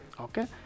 okay